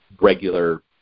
regular